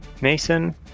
Mason